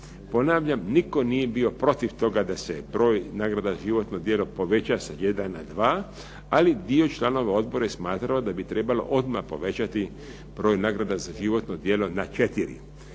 Ponavljam, nitko nije bio protiv toga da se broj nagrada za životno djelo poveća s 1 na 2, ali dio članova odbora je smatrao da bi trebalo odmah povećati broj nagrada za životno djelo na 4.